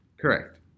Correct